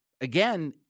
again